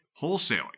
Wholesaling